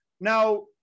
now